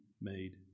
made